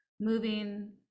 moving